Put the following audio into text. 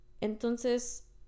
entonces